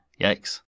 Yikes